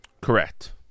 Correct